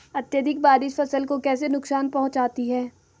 अत्यधिक बारिश फसल को कैसे नुकसान पहुंचाती है?